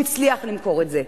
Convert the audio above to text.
והוא הצליח למכור את זה,